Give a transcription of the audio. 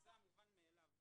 זה המובן מאליו.